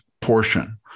portion